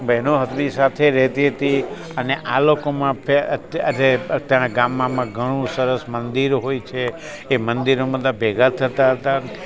બહેનો હકની સાથે રહેતી હતી અને આ લોકોમાં અત્યારે ગામમાં ઘણું સરસ મંદિર હોય છે એ મંદિરમાં બધાં ભેગા થતાં હતાં